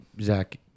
Zach